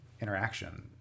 interaction